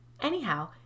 Anyhow